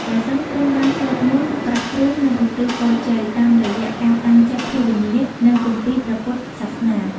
ព្រះសង្ឃទ្រង់បាន សូត្រមន្ត ប្រោះព្រំ និងឧទ្ទិសពរជ័យ តាមរយៈការតាំងចិត្តភាវនា និងគម្ពីរព្រះពុទ្ធសាសនា។